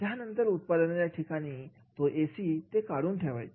त्यानंतर उत्पादनाच्या ठिकाणांचा तो एसी ते काढून ठेवायची